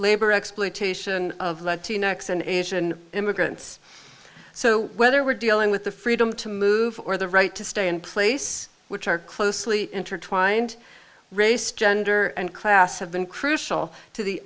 labor exploitation of latinos and asian immigrants so whether we're dealing with the freedom to move or the right to stay in place which are closely intertwined race gender and class have been crucial to the